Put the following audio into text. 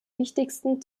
wichtigsten